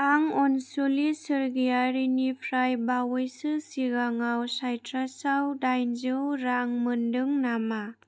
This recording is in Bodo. आं अनसुलि सरगियारिनिफ्राय बावैसो सिगाङाव साइट्रासआव दाइनजौ रां मोनदों नामा